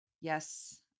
Yes